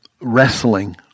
wrestling